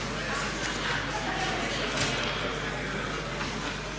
Hvala